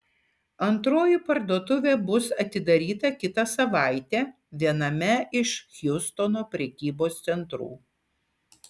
antroji parduotuvė bus atidaryta kitą savaitę viename iš hjustono prekybos centrų